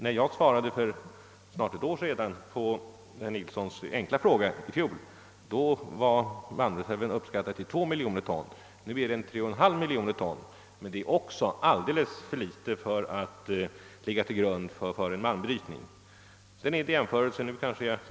När jag för ett år sedan besvarade herr Nilssons i Agnäs enkla fråga i detta spörsmål uppskattades nämligen malmreserven där till 2 miljoner ton medan den nu beräknas till 3,5 miljoner ton. Men detta är ändå alldeles för litet för att kunna ligga till grund för en malmbrytning. Jag vill dessutom göra ytterligare ett påpekande.